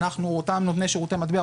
"אנחנו" הכוונה לאותם נותני שירותי מטבע,